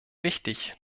wichtig